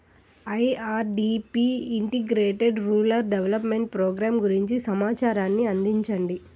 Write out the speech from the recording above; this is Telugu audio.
IRDP integrated rural development programme గురించి సమాచారాన్ని అందించండి?